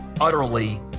utterly